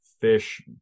fish